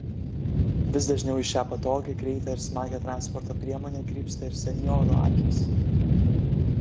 vis dažniau į šią patogią greitą ir smagią transporto priemonę krypsta ir senjorų akys